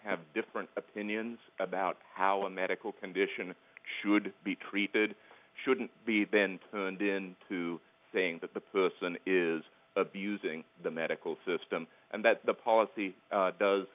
have different opinions about how a medical condition should be treated shouldn't be then turned in to saying that the person is abusing the medical system and that the policy does